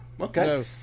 okay